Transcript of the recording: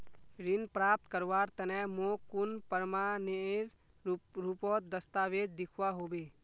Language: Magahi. ऋण प्राप्त करवार तने मोक कुन प्रमाणएर रुपोत दस्तावेज दिखवा होबे?